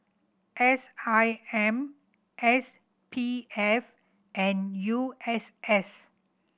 S I M S P F and U S S